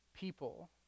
People